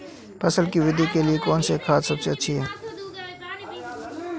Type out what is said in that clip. फसल की वृद्धि के लिए कौनसी खाद सबसे अच्छी है?